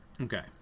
Okay